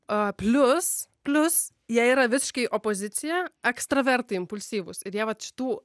a plius plius jie yra visiškai opozicija ekstravertai impulsyvūs ir jie vat šitų